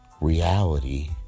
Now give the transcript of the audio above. Reality